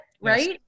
Right